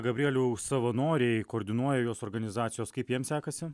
gabrieliau savanoriai koordinuoja juos organizacijos kaip jiem sekasi